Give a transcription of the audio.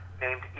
named